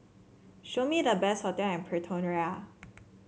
show me the best hotel in Pretoria